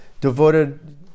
devoted